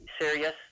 serious